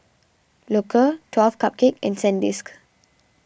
Loacker twelve Cupcakes and Sandisk